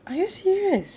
are you serious